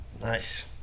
Nice